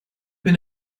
been